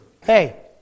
Hey